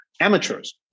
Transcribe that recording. amateurs